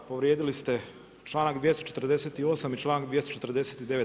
Povrijedili ste članak 248. i članak 249.